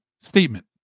statement